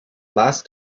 last